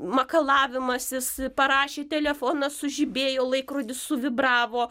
makalavimasis parašė telefonas sužibėjo laikrodis suvibravo